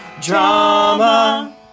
Drama